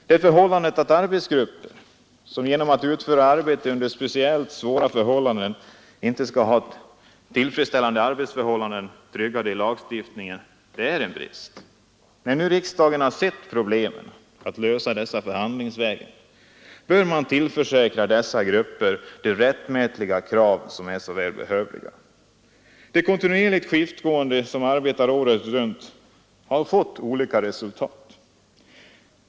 Det är en brist att grupper som utför arbete under speciellt svåra betingelser inte har tillfredsställande arbetsförhållanden tryggade i lagstiftningen. När nu riksdagen har sett att problemen kan lösas förhandlingsvägen bör man tillförsäkra dessa grupper den rättmätiga arbetstidsförkortning som är så behövlig. De kontinuerligt skiftgående, som arbetar året runt, har fått olika resultat.